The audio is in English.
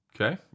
okay